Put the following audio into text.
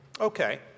Okay